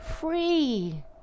Free